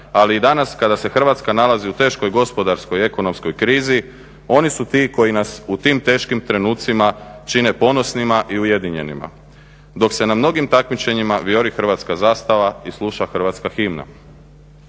ali i danas kada se Hrvatska nalazi u teškoj gospodarskoj i ekonomskoj krizi, oni su ti koji nas u tim teškim trenucima čine ponosnima i ujedinjenima, dok se na mnogim takmičenjima vijori Hrvatska zastava i sluša Hrvatska himna.